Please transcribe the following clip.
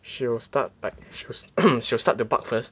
she will start like she will she will start the bark first